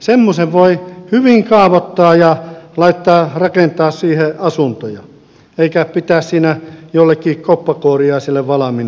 semmoisen voi hyvin kaavoittaa ja rakentaa siihen asuntoja eikä pitää siinä jollekin koppakuoriaiselle valmiina sitä